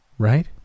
right